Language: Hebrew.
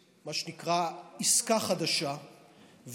מה שנקרא עסקה חדשה,